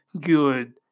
good